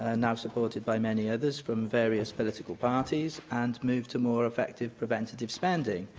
and now supported by many others from various political parties, and move to more effective preventative spending,